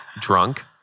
drunk